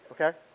okay